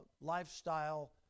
lifestyle